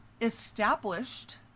established